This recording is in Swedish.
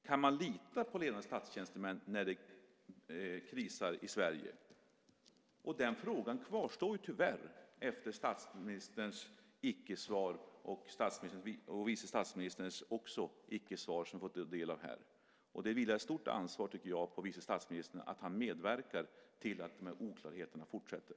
Kan man lita på ledande statstjänstemän när det krisar i Sverige? Den frågan kvarstår tyvärr efter statsministerns och vice statsministerns icke-svar som vi har fått ta del av här. Jag tycker att det vilar ett stort ansvar på vice statsministern när han medverkar till att de här oklarheterna fortsätter.